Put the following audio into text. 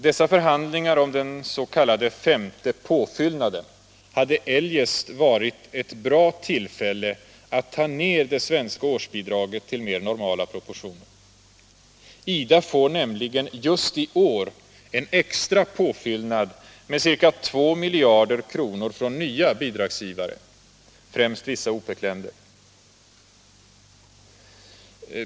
Dessa förhandlingar om den s.k. femte påfyllnaden hade eljest varit ett bra tillfälle att ta ner det svenska årsbidraget till mer normaia proportioner. IDA får nämligen just i år en extra påfyllnad med ca 2 miljarder kronor från nya bidragsgivare, främst vissa OPEC-länder.